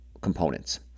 components